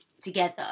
together